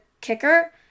kicker